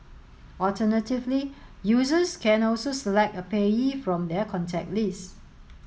alternatively users can also select a payee from their contact list